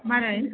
माबोरै